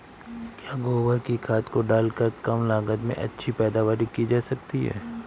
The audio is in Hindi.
क्या गोबर की खाद को डालकर कम लागत में अच्छी पैदावारी की जा सकती है?